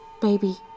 Baby